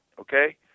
okay